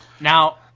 Now